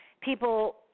people